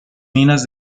minas